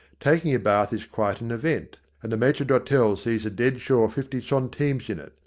taking a bath is quite an event, and the maitre d'hotel sees a dead sure fifty centimes in it,